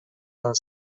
war